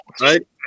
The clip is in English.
Right